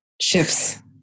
shifts